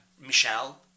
michelle